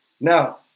Now